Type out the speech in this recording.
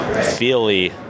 Feely